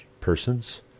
persons